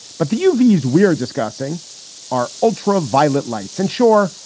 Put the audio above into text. but the movies we're discussing are ultraviolet lights. and sure,